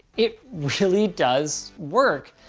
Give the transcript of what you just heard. it really does work.